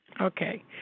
Okay